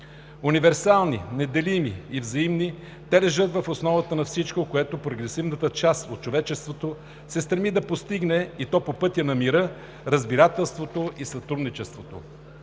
Универсални, неделими и взаимни, те лежат в основата на всичко, което прогресивната част от човечеството се стреми да постигне, и то по пътя на мира, разбирателството и сътрудничеството.